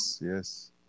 yes